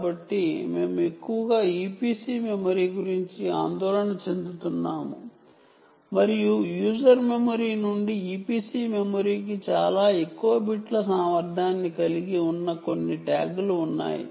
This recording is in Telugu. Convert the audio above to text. కాబట్టి మేము ఎక్కువగా EPC మెమరీ గురించి ఆందోళన చెందుతున్నాము మరియు యూజర్ మెమరీ నుండి EPC మెమరీకి చాలా ఎక్కువ బిట్ల సామర్థ్యాన్ని కలిగి ఉన్న కొన్ని ట్యాగ్లు ఉన్నాయి